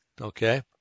Okay